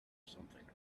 something